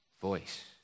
voice